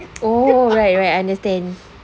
oh right right I understand